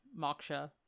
moksha